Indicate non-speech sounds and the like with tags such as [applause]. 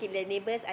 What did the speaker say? [breath]